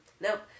nope